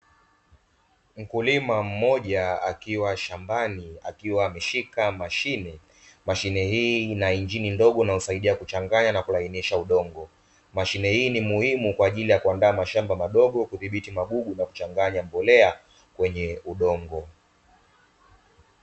Mkulima mmoja akiwa shamban, akiwa ameshika mashine. Mashine hii ina injini ndogo inayosaidia kuchanganya na kulainisha udongo. Mashine hii ni muhimu kwa ajili ya kuandaa udongo, kudhibiti magugu na kuchanganya mbolea kwenye udongo.